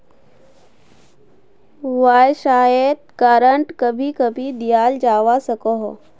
वाय्सायेत ग्रांट कभी कभी दियाल जवा सकोह